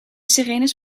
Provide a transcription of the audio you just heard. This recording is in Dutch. sirenes